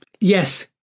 yes